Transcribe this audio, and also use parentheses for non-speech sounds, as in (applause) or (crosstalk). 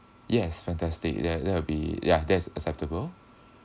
yes fantastic that that'll be ya that's acceptable (breath)